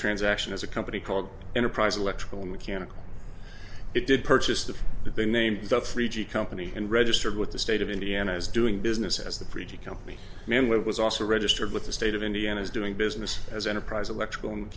transaction is a company called enterprise electrical mechanical it did purchase that they named the three g company and registered with the state of indiana as doing business as the pretty company member was also registered with the state of indiana is doing business as enterprise electrical